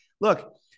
look